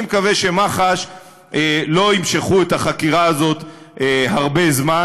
אני מקווה שמח"ש לא ימשכו את החקירה הזאת הרבה זמן.